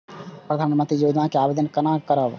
प्रधानमंत्री योजना के आवेदन कोना करब?